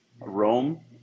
Rome